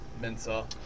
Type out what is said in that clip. mensa